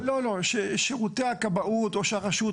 שירותי הכבאות או הרשות,